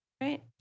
right